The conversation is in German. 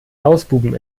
lausbuben